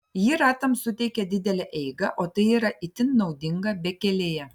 ji ratams suteikia didelę eigą o tai yra itin naudinga bekelėje